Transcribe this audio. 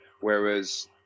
Whereas